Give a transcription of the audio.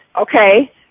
okay